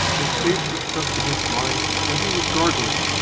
his face was pressed against mine, and he was gargling.